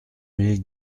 mille